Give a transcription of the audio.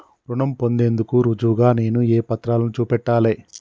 రుణం పొందేందుకు రుజువుగా నేను ఏ పత్రాలను చూపెట్టాలె?